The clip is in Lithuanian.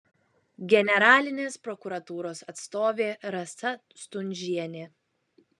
generalinės prokuratūros atstovė rasa stundžienė